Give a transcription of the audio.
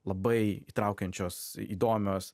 labai įtraukiančios įdomios